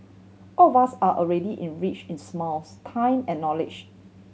all of us are already in rich in smiles time and knowledge